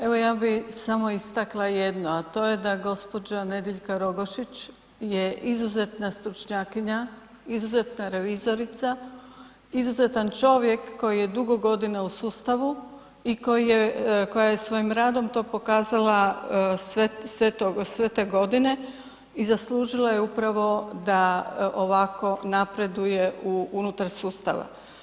Evo ja bih samo istakla jedno, a to je da gđa. Nediljka Rogošić je izuzetna stručnjakinja, izuzetna revizorica, izuzetan čovjek koji je dugo godina u sustavu i koja je svojim radom to pokazala sve to sve te godine i zaslužila je upravo da ovako napreduje unutar sustava.